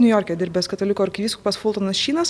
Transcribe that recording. niujorke dirbęs katalikų arkivyskupas fultonas šynas